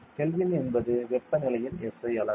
kelvin என்பது வெப்பநிலையின் SI அலகு